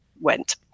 went